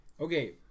Okay